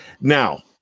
now